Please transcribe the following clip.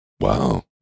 Wow